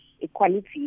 equality